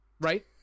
right